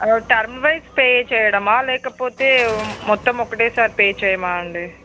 term wise pay చెయ్యడమా లేకపోతే మొత్తం ఓకె సారి పే చెయ్యడమా అండి